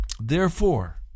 Therefore